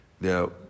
Now